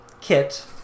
kit